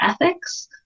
ethics